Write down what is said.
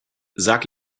sag